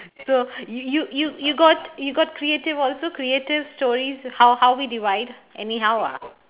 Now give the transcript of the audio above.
so you you you you got you got creative also creative stories how how we divide anyhow ah